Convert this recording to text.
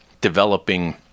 developing